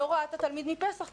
לא ראה את התלמיד מפסח,